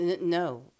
No